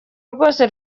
rwose